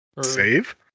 Save